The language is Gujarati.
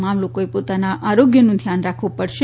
તમામ લોકોએ પોતાના આરોગ્યનું ધ્યાન રાખવું પડશે